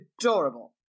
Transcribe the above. adorable